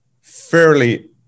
fairly